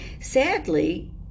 Sadly